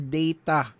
data